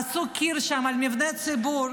עשו שם קיר, על מבנה ציבור,